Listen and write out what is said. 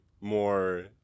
more